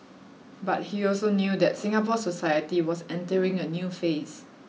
but he also knew that Singapore society was entering a new phase